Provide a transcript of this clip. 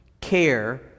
care